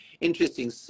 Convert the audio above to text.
interesting